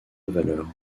valeurs